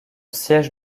siège